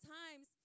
times